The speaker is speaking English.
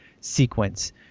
sequence